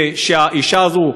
ושהאישה הזאת,